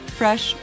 fresh